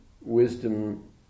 wisdom